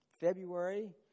February